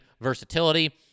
versatility